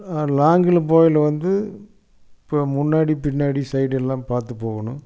லாங்கில் போகையில வந்து இப்போது முன்னாடி பின்னாடி சைடெல்லாம் பார்த்து போகணும்